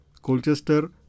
Colchester